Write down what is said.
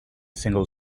single